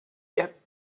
get